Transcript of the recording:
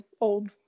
old